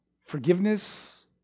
forgiveness